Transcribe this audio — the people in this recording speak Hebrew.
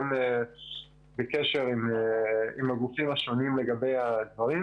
לטווח ארוך גם בנושא הכשרות מקצועיות,